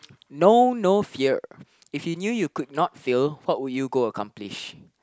know no fear if you knew you could not fear what would you go accomplish